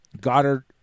Goddard